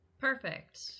Perfect